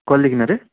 कहिलेदेखि हरे